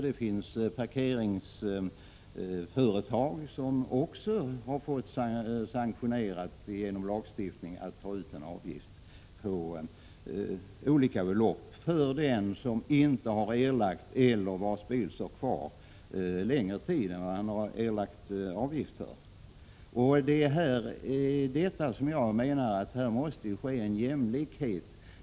Men också parkeringsföretag har genom lagstiftning fått det sanktionerat att ta ut en avgift på olika belopp för den som inte erlagt avgiften eller vars bil står längre tid än man erlagt avgift för. Men här måste vi få en jämlikhet.